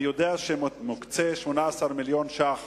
אני יודע שמוקצים 18 מיליון ש"ח